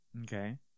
Okay